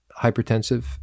hypertensive